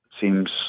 seems